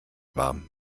war